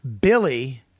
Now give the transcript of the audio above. Billy